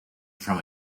from